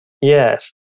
Yes